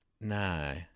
No